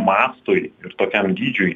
mastui ir tokiam dydžiui